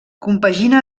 compagina